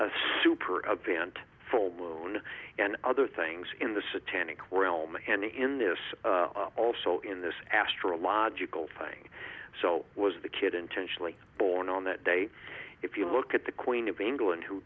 event full moon and other things in the satanic wellman and in this also in this astrological thing so was the kid intentionally born on that day if you look at the queen of england who